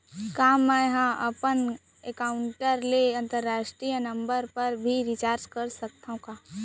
का मै ह अपन एकाउंट ले अंतरराष्ट्रीय नंबर पर भी रिचार्ज कर सकथो